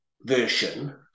version